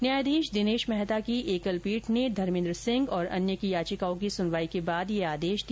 न्यायाधीश दिनेश मेहता की एकलपीठ ने धर्मेन्द्र सिंह और अन्य की याचिकाओं की सुनवाई के बाद यह आदेश दिया